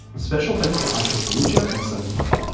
special thanks to aisha solutia and sung park.